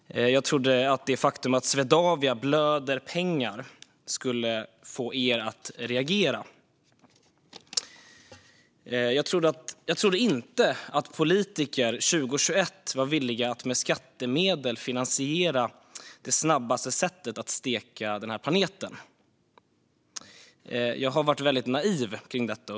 Jag trodde att det faktum att Swedavia blöder pengar skulle få er att reagera. Jag trodde inte att politiker 2021 skulle vara villiga att med skattemedel finansiera det snabbaste sättet att steka den här planeten. Jag har varit väldigt naiv rörande detta.